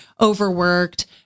overworked